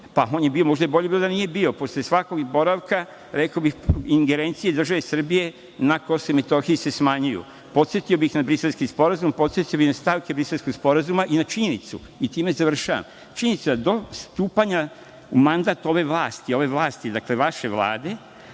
pa bio je, a možda je bolje da nije bio. Posle svakog boravka rekao bih, ingerencije države Srbije na Kosovu i Metohiji se smanjuju. Podsetio bih na Briselski sporazum, na stavke Briselskog sporazuma i na činjenicu i time završavam. Činjenica, do stupanja u mandat ove vlasti, dakle vaše Vlade,